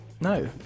No